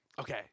Okay